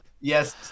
yes